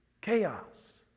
chaos